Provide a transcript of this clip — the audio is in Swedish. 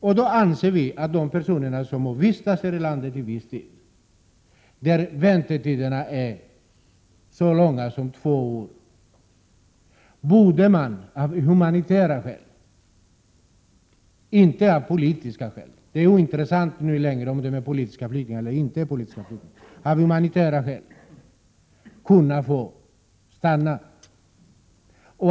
Vi anser därför att de personer som vistats här i landet en viss tid, och för vilka väntetiderna är så långa som två år, borde man av humanitära skäl—inte av politiska skäl, det är ointressant numera om de är politiska flyktingar eller inte — låta få stanna.